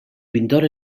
pintor